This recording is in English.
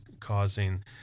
causing